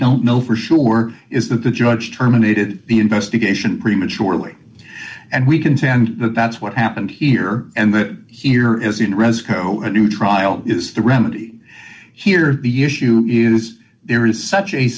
don't know for sure is that the judge terminated the investigation prematurely and we contend that that's what happened here and that here is in rezko a new trial is the remedy here the issue is there is such a